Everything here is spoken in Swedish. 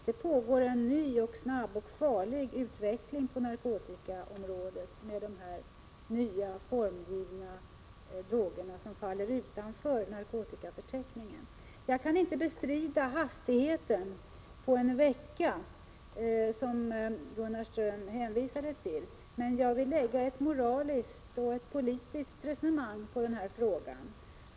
Det pågår nu en ny, snabb och farlig utveckling på narkotikaområdet med de nya formgivna droger som faller utanför narkotikaförteckningen. Jag kan inte bestrida den uppgift om hastigheten på en vecka som Gunnar Ström hänvisade till, men jag vill anlägga ett moraliskt och politiskt resonemang på denna fråga.